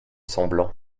semblant